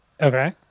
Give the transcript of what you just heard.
Okay